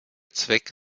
zweck